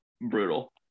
brutal